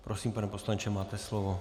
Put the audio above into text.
Prosím, pane poslanče, máte slovo.